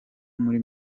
muri